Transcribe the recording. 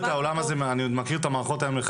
בדקנו בטיחותית את כל הדברים האלה לפני, אז כמובן.